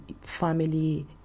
family